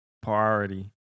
priority